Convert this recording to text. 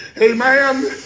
Amen